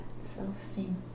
Self-esteem